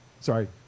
Sorry